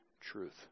truth